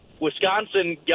Wisconsin